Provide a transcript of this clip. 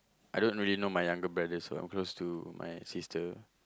I don't really know my younger brother so I'm close to my sister